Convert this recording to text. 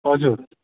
हजुर